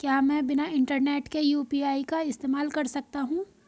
क्या मैं बिना इंटरनेट के यू.पी.आई का इस्तेमाल कर सकता हूं?